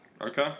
Okay